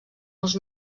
els